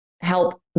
help